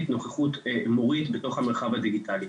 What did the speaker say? או נוכחות מורים בתוך המרחב הדיגיטלי.